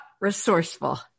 resourceful